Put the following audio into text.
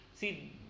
See